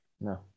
No